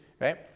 right